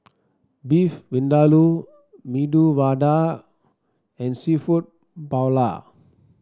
Beef Vindaloo Medu Vada and seafood Paella